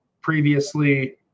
Previously